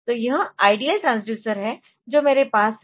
तो यह ideal transducers है जो मेरे पास है